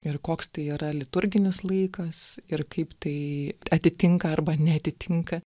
ir koks tai yra liturginis laikas ir kaip tai atitinka arba neatitinka